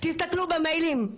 תסתכלו במיילים.